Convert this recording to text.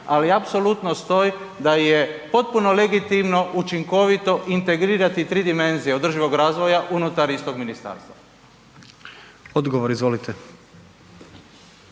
ali apsolutno stoji da je potpuno legitimno učinkovito integrirati 3 dimenzije održivog razvoja unutar istog ministarstva. **Jandroković,